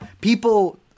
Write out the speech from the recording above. people